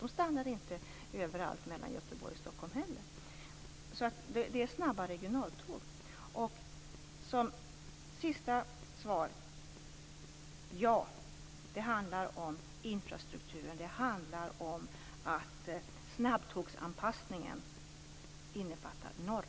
De stannar inte överallt mellan Göteborg-Stockholm heller. Så det är snabba regionaltåg. Så mitt sista svar: Ja, det handlar om infrastruktur, det handlar om att snabbtågsanpassningen innefattar